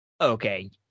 Okay